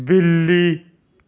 بلی